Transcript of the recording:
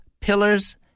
pillars